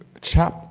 chap